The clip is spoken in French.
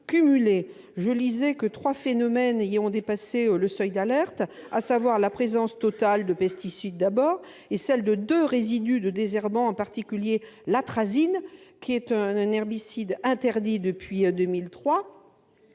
cumulés ! Trois phénomènes ont dépassé le seuil d'alerte, à savoir la présence totale de pesticides et celle de deux résidus de désherbants, l'atrazine, qui est un herbicide interdit depuis 2003,